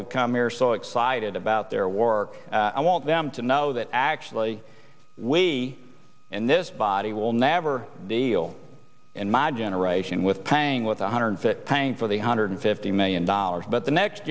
who come here so excited about their work i want them to know that actually we in this body will never deal in my generation with paying with one hundred fit paying for the hundred fifty million dollars but the next